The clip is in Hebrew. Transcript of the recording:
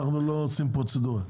לא עושים פרוצדורה.